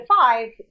five